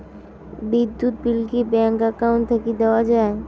বিদ্যুৎ বিল কি bank account থাকি দেওয়া য়ায়?